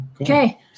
Okay